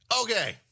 Okay